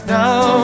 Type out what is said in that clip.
now